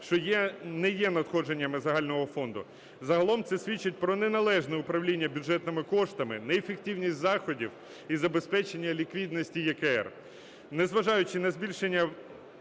що не є надходженнями загального фонду. Загалом це свідчить про неналежне управління бюджетними коштами, неефективність заходів і забезпечення ліквідності ЄКР.